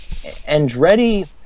Andretti